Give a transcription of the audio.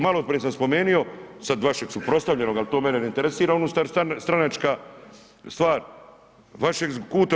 Maloprije sam spomenio sada vašeg suprotstavljenog, ali to mene ne interesira unutar stranačka stvar, vašeg